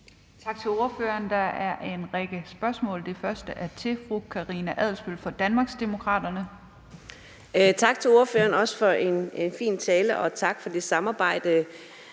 Tak til ordføreren. Der er en række spørgsmål. Det første er til fru Karina Adsbøl fra Danmarksdemokraterne. Kl. 10:05 Karina Adsbøl (DD): Tak til ordføreren for en fin tale, og også tak for det samarbejde,